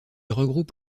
regroupe